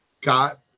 got